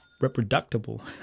reproducible